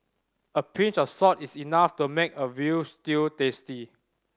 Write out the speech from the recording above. a pinch of salt is enough to make a veal stew tasty